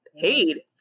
paid